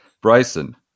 Bryson